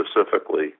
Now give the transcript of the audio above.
specifically